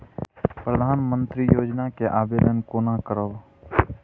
प्रधानमंत्री योजना के आवेदन कोना करब?